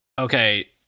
okay